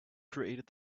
created